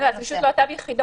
אלה פשוט לא אותן יחידות.